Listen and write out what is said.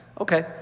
Okay